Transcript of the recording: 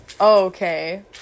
Okay